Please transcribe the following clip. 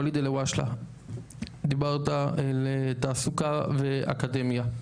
ואליד אלהאושלה דיברת על תעסוקה ואקדמיה.